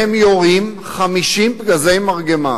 והם יורים 50 פגזי מרגמה.